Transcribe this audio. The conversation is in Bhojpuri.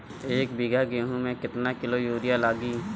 एक बीगहा गेहूं में केतना किलो युरिया लागी?